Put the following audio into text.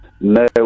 No